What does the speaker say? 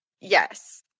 Yes